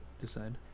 decide